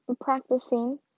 practicing